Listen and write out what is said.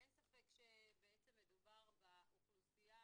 אין ספק שמדובר באוכלוסייה